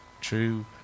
True